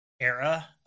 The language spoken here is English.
Era